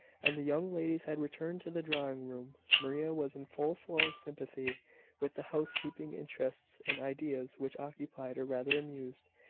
and the young ladies had returned to the drawing-room, maria was in full flow of sympathy with the housekeeping interests and ideas which occupied, or rather amused,